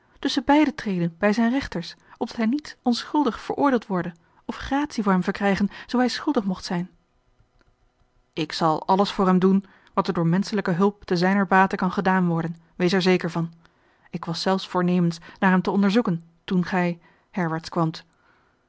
mag tusschenbeide treden bij zijne rechters opdat hij niet onschuldig veroordeeld worde of gratie voor hem verkrijgen zoo hij schuldig mocht zijn ik zal alles voor hem doen wat er door menschelijke hulp te zijner bate kan gedaan worden wees er zeker van ik was zelfs voornemens naar hem te onderzoeken toen gij herwaarts kwaamt